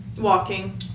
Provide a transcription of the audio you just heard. Walking